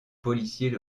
policiers